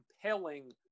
compelling